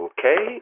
Okay